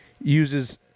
uses